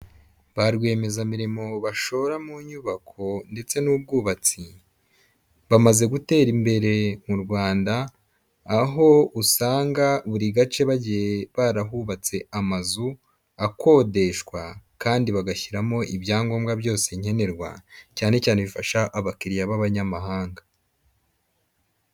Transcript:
Ba rwiyemezamirimo bashora mu nyubako ndetse n'ubwubatsi bamaze gutera imbere mu rwanda aho usanga buri gacegiye barahubatse amazu akodeshwa kandi bagashyiramo ibyangombwa byose nkenerwa cyane cyane bifasha abakiriya b'abanyamahanga.